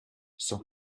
sans